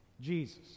Jesus